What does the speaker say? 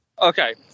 Okay